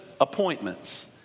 appointments